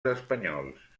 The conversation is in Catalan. espanyols